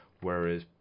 whereas